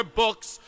books